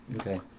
okay